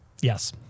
Yes